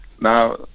Now